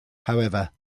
however